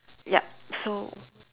yup so